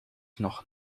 nog